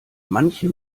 manche